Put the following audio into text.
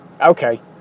okay